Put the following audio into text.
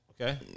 okay